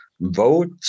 vote